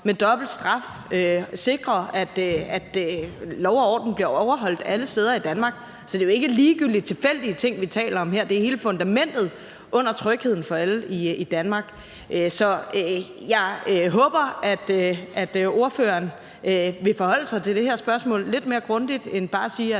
med dobbeltstraf; det er at sikre, at lov og orden bliver overholdt alle steder i Danmark. Så det er jo ikke ligegyldige og tilfældige ting, vi taler om her. Det er hele fundamentet under trygheden for alle i Danmark. Så jeg håber, at ordføreren vil forholde sig til det her spørgsmål lidt mere grundigt end bare at sige,